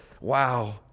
Wow